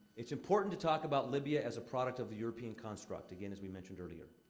it's important to talk about libya as a product of the european construct, again, as we mentioned earlier.